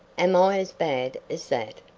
am i as bad as that?